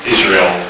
Israel